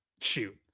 shoot